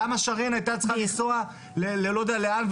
למה שרן היתה צריכה לנסוע לא יודע לאן,